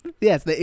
Yes